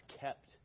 kept